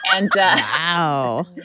Wow